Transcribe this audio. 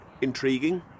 intriguing